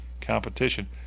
competition